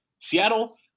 Seattle –